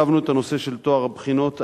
הצבנו את הנושא של טוהר הבחינות,